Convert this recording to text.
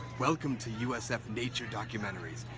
welcome to usf nature documentaries,